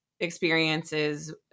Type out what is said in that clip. experiences